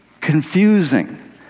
confusing